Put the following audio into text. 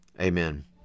Amen